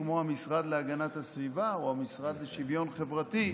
כמו המשרד להגנת הסביבה או המשרד לשוויון חברתי,